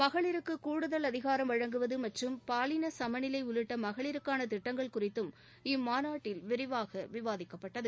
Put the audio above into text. மகளிருக்கு கூடுதல் அதிகாரம் வழங்குவது மற்றம் பாலின சமநிலை உள்ளிட்ட மகளிருக்கான திட்டங்கள் குறித்தும் இம்மாநாட்டில் விரிவாக விவாதிக்கப்பட்டது